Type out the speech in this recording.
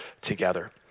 Together